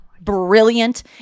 brilliant